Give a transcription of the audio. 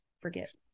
forget